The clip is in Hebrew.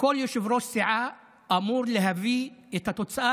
כל יושב-ראש סיעה אמור להביא את התוצאה